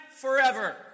Forever